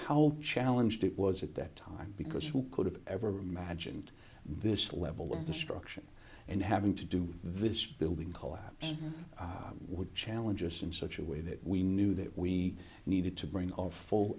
how challenged it was at that time because who could have ever imagined this level of destruction and having to do with this building collapse would challenge us in such a way that we knew that we needed to bring all full